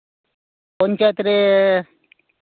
ᱯᱚᱧᱪᱟᱭᱮᱛᱨᱮ